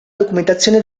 documentazione